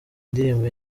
indirimbo